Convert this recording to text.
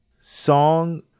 song